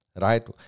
right